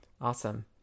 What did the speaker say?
Awesome